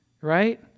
right